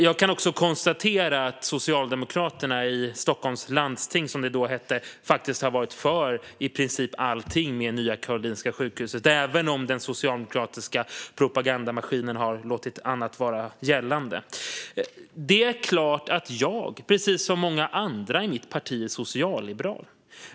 Jag kan konstatera att Socialdemokraterna i Stockholms läns landsting, som det då hette, har varit för i princip allting med Nya Karolinska sjukhuset även om den socialdemokratiska propagandamaskinen har låtit annat vara gällande. Det är klart att jag, precis som många andra i mitt parti, är socialliberal.